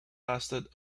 lasted